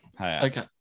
Okay